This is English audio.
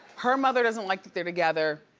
her mother doesn't like that they're together,